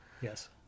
Yes